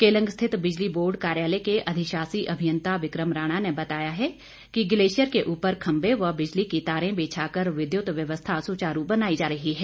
केलंग स्थित बिजली बोर्ड कार्यालय के अधिशासी अभियंता विक्रम राणा ने बताया है कि ग्लेशियर के उपर पोल व बिजली की तारें बिछाकर विद्युत व्यवस्था सुचारू बनाई जा रही है